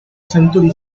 century